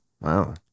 Wow